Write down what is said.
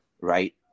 right